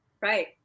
right